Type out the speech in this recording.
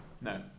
No